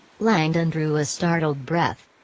langdon drew a startled breath.